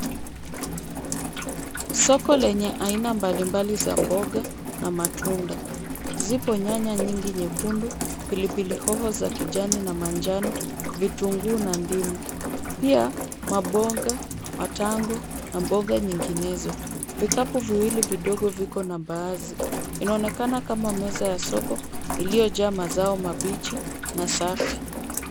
Soko lenye aina mbalimbali za mboga na matunda. Zipo nyanya nyingi nyekundu, pilipili hoho za kijani na manjano, vitunguu na ndimu. Pia maboga, matango na mboga nyinginezo. Vikapu viwili vidogo viko na mbaazi. Inaonekana kama meza ya soko iliyojaa mazao mabichi na safi.